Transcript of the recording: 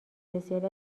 بسیاری